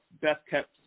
best-kept